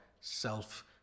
Self